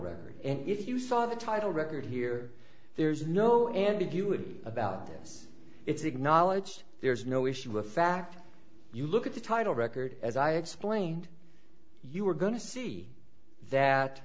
record and if you saw the title record here there's no ambiguity about this it's acknowledged there is no issue of fact you look at the title record as i explained you were going to see that